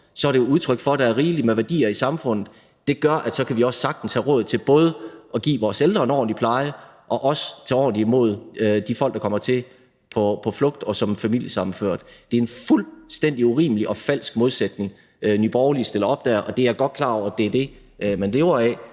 er det jo et udtryk for, at der er rigeligt med værdier i samfundet, og det gør så også, at vi sagtens kan have råd til både at give vores ældre en ordentlig pleje og tage ordentligt imod de folk, der kommer hertil på flugt og som familiesammenførte. Det er en fuldstændig urimelig og falsk modsætning, Nye Borgerlige der stiller op, og jeg er godt klar over, at det er det, man lever af,